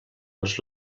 els